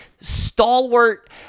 stalwart